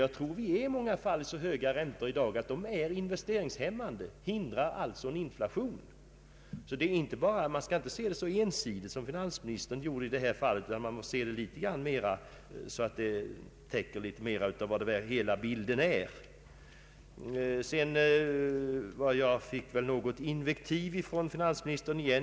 Jag tror att vi i många fall har så höga räntor i dag att det är investeringshämmande och alltså hindrar en rationalisering. Man skall inte se det så ensidigt som finansministern gjorde i detta fall, utan man måste uppfatta hela bilden. Sedan fick jag återigen motta något invektiv från finansministern.